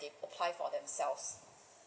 or they apply for themselves